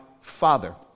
Father